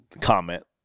comment